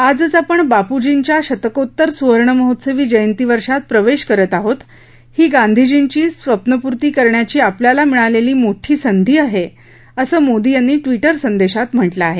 आजच आपण बापूजींच्या शतकोत्तर सुवर्णमहोत्सवी जयंतीवर्षात प्रवेश करत आहोत ही गांधीजींची स्वप्नपुर्ती करण्याची आपल्याला मिळालेली मोठी संधी आहे असं मोदी यांनी ट्विटर संदेशात म्हटलं आहे